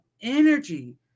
energy